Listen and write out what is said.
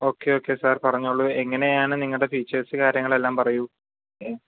okay okay sir പറഞ്ഞോളൂ എങ്ങനെയാണ് നിങ്ങളുടെ ഫീച്ചെർസ് കാര്യങ്ങൾ എല്ലാം പറയൂ